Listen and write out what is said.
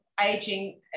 aging